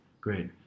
great